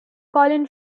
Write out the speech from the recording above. colin